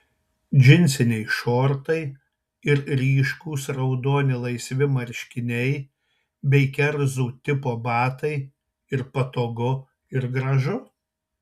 džinsiniai šortai ir ryškūs raudoni laisvi marškiniai bei kerzų tipo batai ir patogu ir gražu